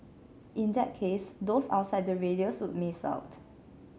in that case those outside the radius would miss out